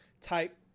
type